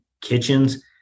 kitchens